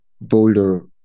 boulder